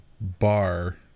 bar